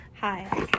Hi